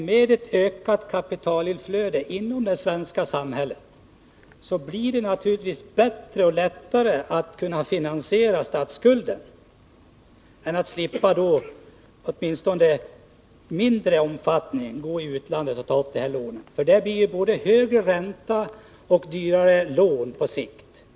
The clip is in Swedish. Med ett ökat kapitalinflöde inom landet blir det naturligtvis lättare att finansiera statsskulden, eftersom man åtminstone i viss omfattning slipper gå till utlandet för att ta upp lån. Där blir det ju både högre ränta och dyrare lån på sikt.